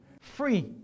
Free